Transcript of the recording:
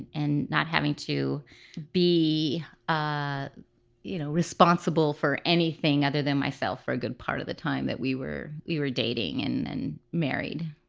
and not having to be ah you know responsible for anything other than myself for a good part of the time that we were we were dating and and married.